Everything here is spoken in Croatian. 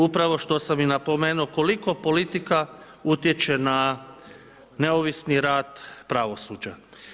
Upravo što sam i napomenuo, koliko politika utječe na neovisni rad pravosuđa.